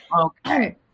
Okay